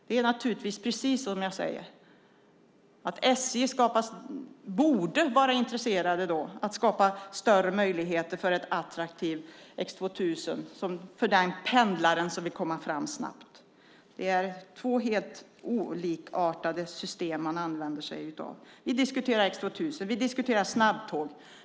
Det är naturligtvis precis som jag säger, att SJ borde vara intresserat av att skapa större möjligheter för ett attraktivt X 2000 för den pendlare som vill komma fram snabbt. Det är två helt olikartade system man använder sig av. Vi diskuterar X 2000, och vi diskuterar snabbtåg.